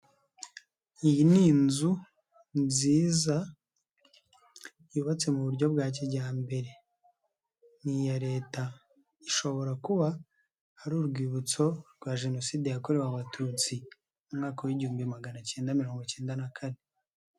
Iyi ni inzu nziza yubatse mu buryo bwa kijyambere ni iya Leta, ishobora kuba hari urwibutso rwa jenoside yakorewe Abatutsi mu mwaka w'igihumbi magana acyenda mirongo icyenda na kane.